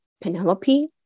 Penelope